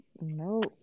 No